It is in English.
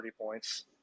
points